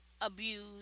abuse